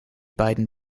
beiden